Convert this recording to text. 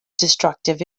destructive